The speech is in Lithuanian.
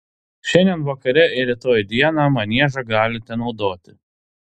šiandien vakare ir rytoj dieną maniežą galite naudoti